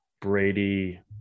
Brady